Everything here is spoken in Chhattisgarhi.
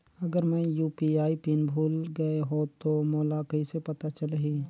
अगर मैं यू.पी.आई पिन भुल गये हो तो मोला कइसे पता चलही?